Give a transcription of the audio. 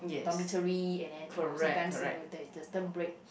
dormitory and then you know sometimes you know there is the term break